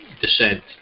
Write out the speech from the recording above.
descent